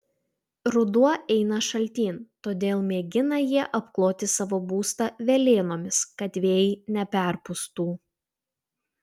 ruduo eina šaltyn todėl mėgina jie apkloti savo būstą velėnomis kad vėjai neperpūstų